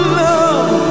love